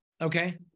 Okay